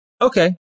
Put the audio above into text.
okay